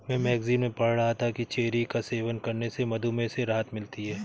मैं मैगजीन में पढ़ रहा था कि चेरी का सेवन करने से मधुमेह से राहत मिलती है